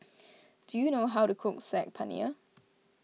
do you know how to cook Saag Paneer